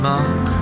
Monk